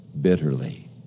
bitterly